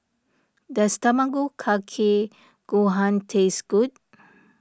does Tamago Kake Gohan taste good